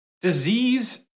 disease